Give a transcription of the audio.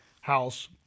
house